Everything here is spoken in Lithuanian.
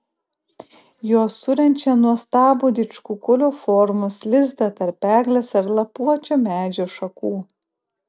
jos surenčia nuostabų didžkukulio formos lizdą tarp eglės ar lapuočio medžio šakų